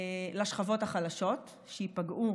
לשכבות החלשות שייפגעו